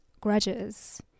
grudges